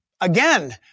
Again